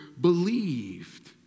believed